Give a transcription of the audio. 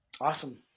awesome